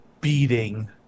beating